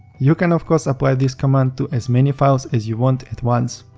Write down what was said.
you can, of course, apply this command to as many files as you want at once.